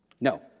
No